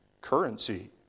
currency